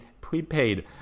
prepaid